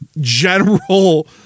general